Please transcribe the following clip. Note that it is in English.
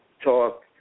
talk